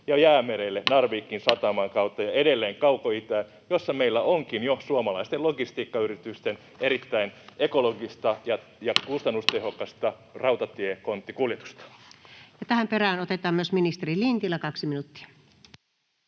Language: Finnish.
koputtaa] Narvikin sataman kautta ja edelleen Kaukoitään, jossa meillä onkin jo suomalaisten logistiikkayritysten erittäin ekologista ja kustannustehokasta rautatiekonttikuljetusta. Ja tähän perään otetaan myös ministeri Lintilä, 2 minuuttia.